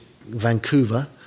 Vancouver